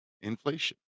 inflation